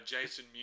Jason